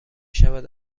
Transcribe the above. شود